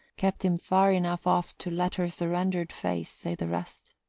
kept him far enough off to let her surrendered face say the rest.